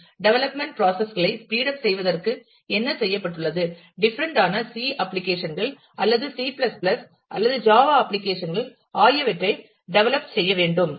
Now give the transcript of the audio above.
development process களை speed up செய்வதற்கு என்ன செய்யப்பட்டுள்ளது டிஃபரண்ட் ஆன சி அப்ளிகேஷன் கள் அல்லது சி C அல்லது ஜாவா அப்ளிகேஷன் கள் ஆகியவற்றை டெவலப் செய்ய வேண்டும்